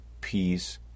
peace